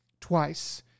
twice